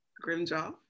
Grimjaw